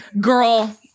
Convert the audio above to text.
Girl